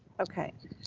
okay,